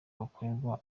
bakorerwa